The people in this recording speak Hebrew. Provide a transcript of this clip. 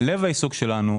על העיקרון,